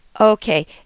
Okay